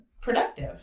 productive